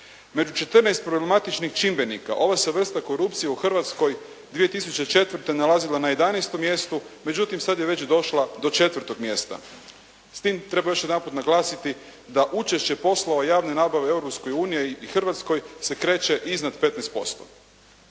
Među 14 problematičnih čimbenika, ova se vrsta korupcije u Hrvatskoj 2004. nalazila na 11. mjestu, međutim sada je već došla do 4. mjesta. S tim treba još jedanput naglasiti da učešće poslova javne nabave u Europskoj uniji i Hrvatskoj se kreće iznad 15%.